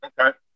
Okay